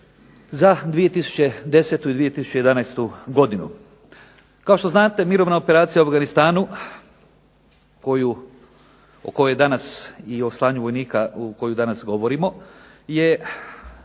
za 2010. i 2011. godinu. Kao što znate mirovna operacija u Afganistanu o kojoj je danas i o slanju vojnika o kojem danas govorimo je